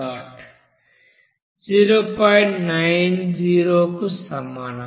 90 కు సమానం